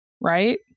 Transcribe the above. right